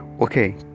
Okay